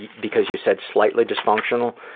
because you said slightly dysfunctional,